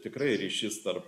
tikrai ryšys tarp